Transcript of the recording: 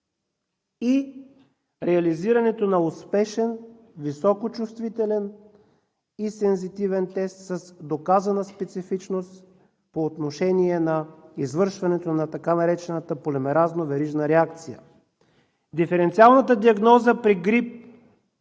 и реализирането на успешен, високочувствителен и сензитивен тест с доказана специфичност по отношение на извършването на така наречената полимеразна верижна реакция. Диференциалната диагноза при грип е